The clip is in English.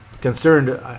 concerned